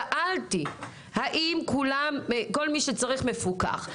שאלתי האם כל מי שצריך מפוקח.